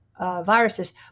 viruses